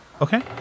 Okay